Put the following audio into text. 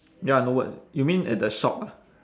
ya no word you mean at the shop ah